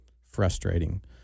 frustrating